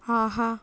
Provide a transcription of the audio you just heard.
ஆஹா